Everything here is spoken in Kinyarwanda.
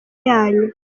yanyu